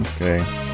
Okay